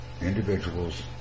individuals